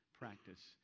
practice